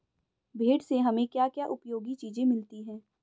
भेड़ से हमें क्या क्या उपयोगी चीजें मिलती हैं?